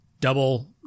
double